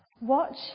Watch